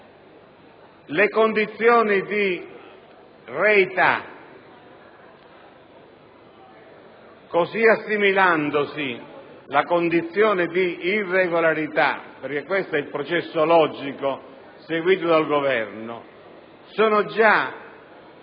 Le condizioni di reità, così assimilandosi la condizione di irregolarità - questo è il processo logico seguito dal Governo - sono già